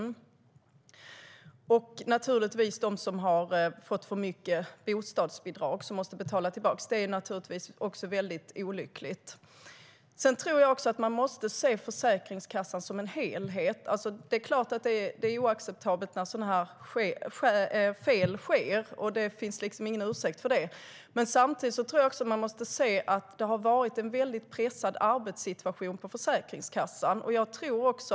Det är naturligtvis också väldigt olyckligt för dem som har fått för mycket i bostadsbidrag och måste betala tillbaka. Man måste nog se Försäkringskassan som en helhet. Det är oacceptabelt när det sker fel, och det finns ingen ursäkt för det. Samtidigt måste man vara medveten om att det har varit en väldigt pressad arbetssituation på Försäkringskassan.